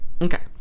okay